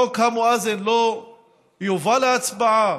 חוק המואזין לא יובא להצבעה?